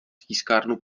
tiskárnu